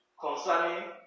concerning